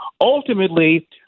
Ultimately